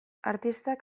artistak